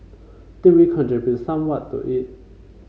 did we contribute somewhat to it